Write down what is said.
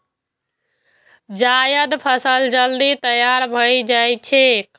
जायद फसल जल्दी तैयार भए जाएत छैक